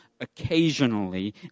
occasionally